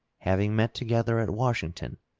having met together at washington,